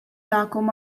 tagħkom